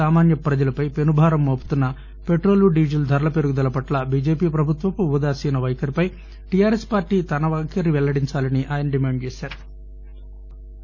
సామాన్య ప్రజలపై పెనుభారం మోపుతున్న పెట్రోల్ డీజిల్ ధరల పెరుగుదల పట్ల బిజెపి ప్రభుత్వపు ఉదాసీనతపై టిఆర్ఎస్ పార్టీ తన పైఖరి పెల్లడించాలని ఆయన డిమాండ్ చేశారు